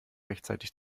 rechtzeitig